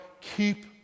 keep